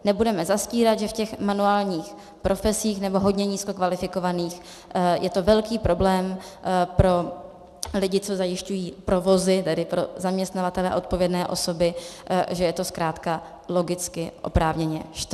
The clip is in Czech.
Nebudeme zastírat, že v těch manuálních profesích nebo hodně nízko kvalifikovaných je to velký problém pro lidi, co zajišťují provozy, tedy pro zaměstnavatele a odpovědné osoby, že je to zkrátka logicky a oprávněně štve.